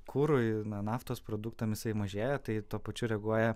kurui na naftos produktam jisai mažėja tai tuo pačiu reaguoja